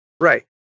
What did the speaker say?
Right